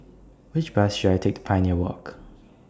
Which Bus should I Take Pioneer Walk